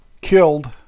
killed